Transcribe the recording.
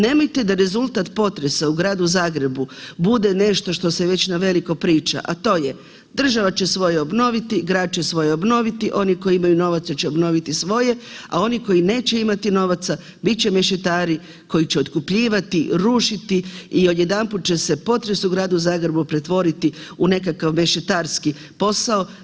Nemojte da rezultat potresa u gradu Zagrebu bude nešto što se već naveliko priča, a to je, država će svoje obnoviti, grad će svoje obnoviti, oni koji imaju novaca će obnoviti svoje, a oni koji neće imati novaca, bit će mešetari koji će otkupljivati, rušiti i odjedanput će se potres u gradu Zagrebu pretvoriti u nekakav mešetarski posao.